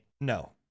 No